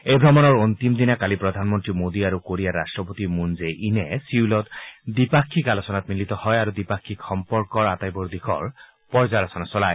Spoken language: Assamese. এই ভ্ৰমণৰ অন্তিম দিনা কালি প্ৰধানমন্ত্ৰী মোদী আৰু কোৰিয়াৰ ৰট্টপতি মুন জেই ইনে ছিউলত দ্বিপাক্ষিক আলোচনাত মিলিত হয় আৰু দ্বিপাক্ষিক সম্পৰ্কৰ আটাইবোৰ দিশৰ পৰ্যালোচনা চলায়